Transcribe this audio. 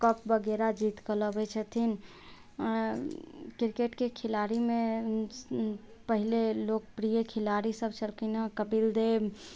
cup वगैरह जीत कऽ लबैत छथिन क्रिकेटके खिलाड़ीमे पहिले लोकप्रिय खिलाड़ी सब छलखिन हँ कपिलदेव